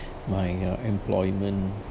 my uh employment